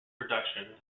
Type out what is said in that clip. production